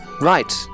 right